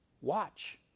Watch